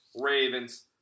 Ravens